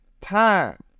time